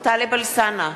טלב אלסאנע,